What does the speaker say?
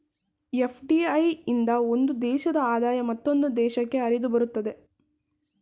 FDI ಇಂದ ಒಂದು ದೇಶದ ಆದಾಯ ಮತ್ತೊಂದು ದೇಶಕ್ಕೆ ಹರಿದುಬರುತ್ತದೆ